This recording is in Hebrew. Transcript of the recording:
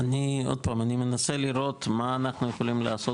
אני מנסה לראות מה אנחנו יכולים לעשות